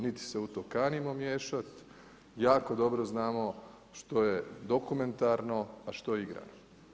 Nit se u to kanimo miješati, jako dobro znamo što je dokumentarno a što igrano.